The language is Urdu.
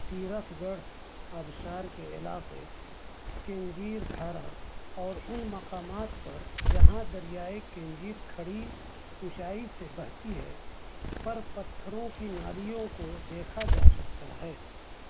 تیرتھ گڑھ آبشار کے علاقے کینجیر دھارا اور ان مقامات پر جہاں دریائے کینجیر کھڑی اونچائی سے بہتی ہے پر پتھروں کی نالیوں کو دیکھا جا سکتا ہے